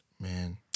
Man